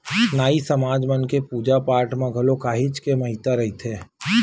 नाई समाज मन के पूजा पाठ म घलो काहेच के महत्ता रहिथे